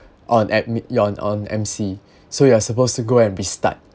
on admin you're on M_C so you are supposed to go and restart